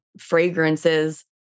fragrances